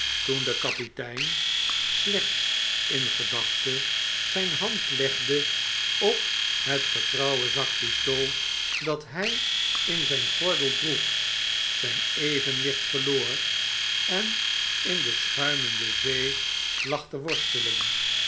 toen de kapitein slechts in gedachte zgn hand legde op het getrouwe zak pistool dat hij in zijn gordel droeg zijn evenwicht verloor en in de schuimende zee lag te worstelen